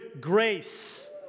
grace